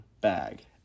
bag